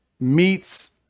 meets